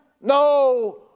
no